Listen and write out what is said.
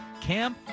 Cam